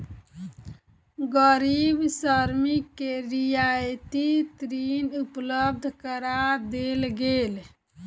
गरीब श्रमिक के रियायती ऋण उपलब्ध करा देल गेल